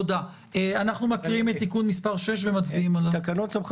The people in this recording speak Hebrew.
אנחנו מקריאים את תיקון מס' 6 ומצביעים עליו.